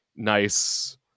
nice